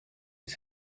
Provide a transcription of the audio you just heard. its